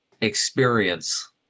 experience